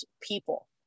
people